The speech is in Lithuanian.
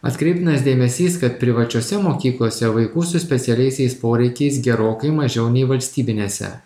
atkreiptinas dėmesys kad privačiose mokyklose vaikų su specialiaisiais poreikiais gerokai mažiau nei valstybinėse